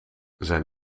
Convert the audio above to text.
zijn